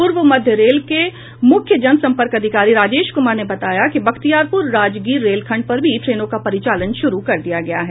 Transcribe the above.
पूर्व मध्य रेल के मुख्य जनसंपर्क अधिकारी राजेश कुमार ने बताया है कि बख्तियारपुर राजगीर रेलखंड पर भी ट्रेनों का परिचालन शुरू कर दिया गया है